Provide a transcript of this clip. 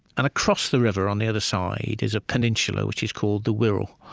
and across the river on the other side is a peninsula, which is called the wirral.